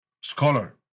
scholar